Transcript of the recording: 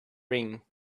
ring